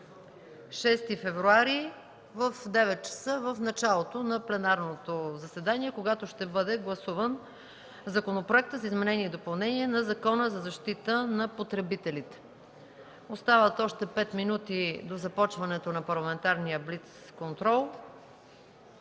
6 февруари 2014 г., в 9,00 ч., в началото на пленарното заседание, когато ще бъде гласуван Законопроектът за изменение и допълнение на Закона за защита на потребителите. Остават още пет минути до започването на парламентарния блицконтрол.